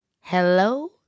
Hello